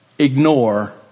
Ignore